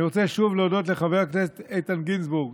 אני רוצה שוב להודות לחבר הכנסת איתן גינזבורג,